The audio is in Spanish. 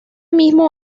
mismo